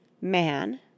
MAN